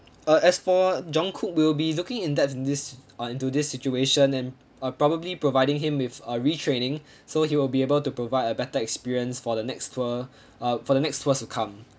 uh as for jong kook we'll be looking in depth in this uh into this situation and uh probably providing him with uh retraining so he will be able to provide a better experience for the next tour uh for the next tours to come